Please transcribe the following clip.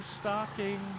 Stocking